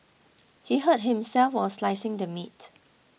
he hurt himself while slicing the meat